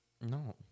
No